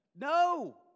no